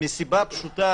מסיבה פשוטה.